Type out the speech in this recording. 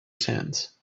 sands